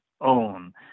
own